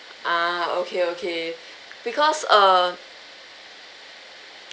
ah okay okay because err